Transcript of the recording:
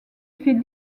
fit